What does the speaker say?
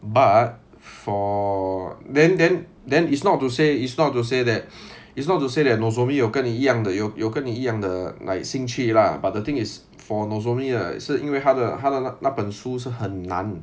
but for then then then it's not to say it's not to say that it's not to say that nozomi 有跟你一样的有有跟你一样的 like 兴趣 lah but the thing is for nozomi 的是因为他的他的那本书是很难